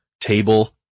table